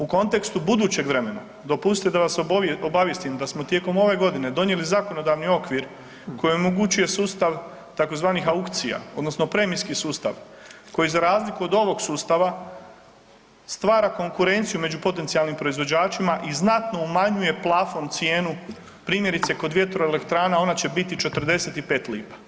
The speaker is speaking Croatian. U kontekstu budućeg vremena dopustite da vas obavijestim da smo tijekom ove godine donijeli zakonodavni okvir koji omogućuje sustav tzv. aukcija odnosno premijski sustav koji za razliku od ovog sustava stvara konkurenciju među potencijalnim proizvođačima i znatno umanjuje plafon cijenu primjerice kod vjetroelektrana, ona će biti 45 lipa.